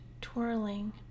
twirling